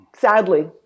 Sadly